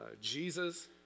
Jesus